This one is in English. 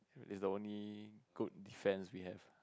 is the only good defence we have